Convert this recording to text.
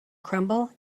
crumble